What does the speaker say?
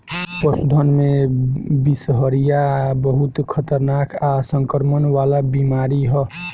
पशुधन में बिषहरिया बहुत खतरनाक आ संक्रमण वाला बीमारी ह